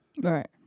Right